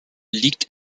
liegt